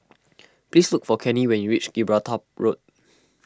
please look for Kenny when you reach Gibraltar Road